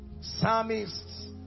psalmists